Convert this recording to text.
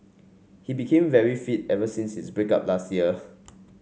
he became very fit ever since his break up last year